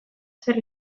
zer